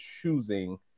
choosing